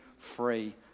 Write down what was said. Free